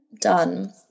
done